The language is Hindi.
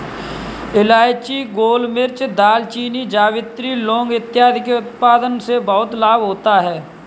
इलायची, गोलमिर्च, दालचीनी, जावित्री, लौंग इत्यादि के उत्पादन से बहुत लाभ होता है